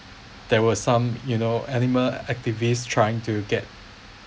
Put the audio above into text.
there were some you know animal activists trying to get